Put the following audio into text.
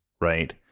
right